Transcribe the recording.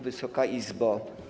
Wysoka Izbo!